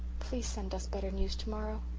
please send us better news tomorrow.